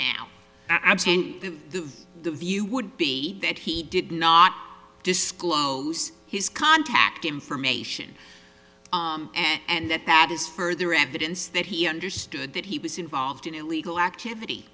absent that the view would be that he did not disclose his contact information and that that is further evidence that he understood that he was involved in illegal activity